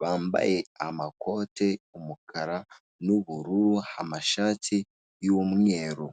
bambaye amakote umukara n' ubururu ,amashati y' umweru.